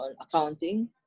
accounting